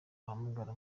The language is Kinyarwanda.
bahamagara